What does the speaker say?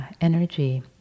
energy